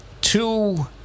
two